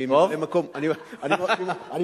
2012, קריאה ראשונה.